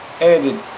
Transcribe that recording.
added